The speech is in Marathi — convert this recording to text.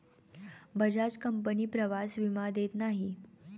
बजाज कंपनी प्रवास विमा देत नाही